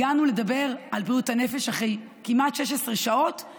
הגענו לדבר על בריאות הנפש אחרי כמעט 16 שעות,